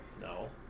No